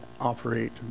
operate